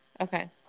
Okay